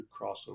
crossover